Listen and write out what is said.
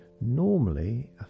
normally